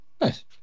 Nice